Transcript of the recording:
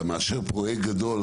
אתה מאשר פרויקט גדול,